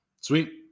Sweet